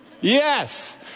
yes